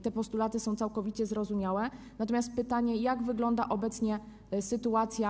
Te postulaty są całkowicie zrozumiałe, natomiast mam pytanie: Jak wygląda obecnie sytuacja?